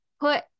put